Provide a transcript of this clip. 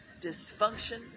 Dysfunction